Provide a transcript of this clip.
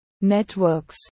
Networks